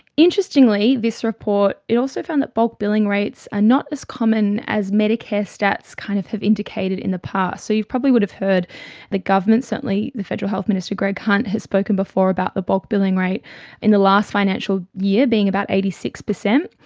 interestingly this report, it also found that the bulk billing rates are not as common as medicare stats kind of have indicated in the past. so you probably would have heard the government, certainly the federal health minister greg hunt has spoken before about the bulk billing rate in the last financial year being about eighty six percent,